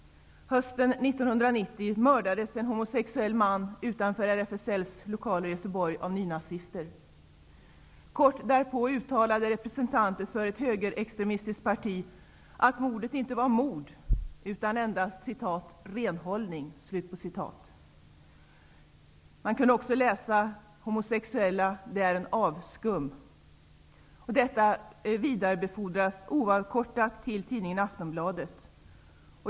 Hösten 1990 mördades en homosexuell man utanför RFSL:s lokaler i Göteborg av nynazister. Kort därpå uttalade representanter för ett högerextremistiskt parti att mordet inte var att betrakta som mord utan endast som ''renhållning''. Man kunde också läsa att homosexuella är ett avskum. Detta vidarebefordrades oavkortat till tidningen Aftonbladet.